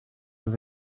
will